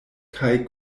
kaj